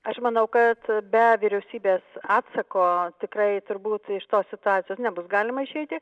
aš manau kad be vyriausybės atsako tikrai turbūt iš tos situacijos nebus galima išeiti